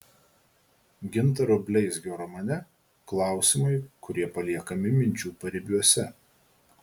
gintaro bleizgio romane klausimai kurie paliekami minčių paribiuose